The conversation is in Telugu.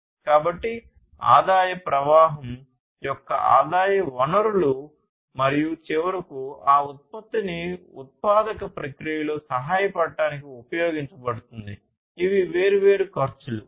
కాబట్టి ఆదాయ ప్రవాహం యొక్క ఆదాయ వనరులు మరియు చివరకు ఆ ఉత్పత్తిని ఉత్పాదక ప్రక్రియలో సహాయపడటానికి ఉపయోగించబడుతుంది ఇవి వేర్వేరు ఖర్చులు